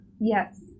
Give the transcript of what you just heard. Yes